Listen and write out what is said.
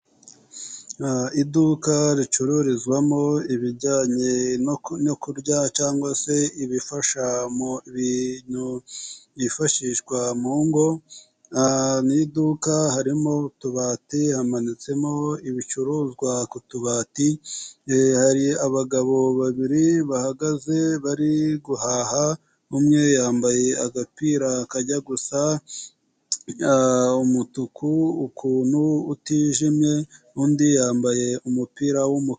Iduka ricururizwamo ibijyanye no kurya cyangwa se ibifasha mu bintu byifashishwa mu ngo. Ni iduka harimo utubati hamanitsemo ibicuruzwa ku tubati, hari abagabo babiri bahagaze bari guhaha, umwe yambaye agapira kajya gusa umutuku ukuntu utijimye, undi yambaye umupira w'umukara.